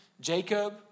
Jacob